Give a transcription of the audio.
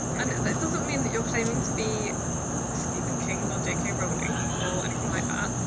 that doesn't mean that you're claiming to be stephen king or j k. rowling or anything like. but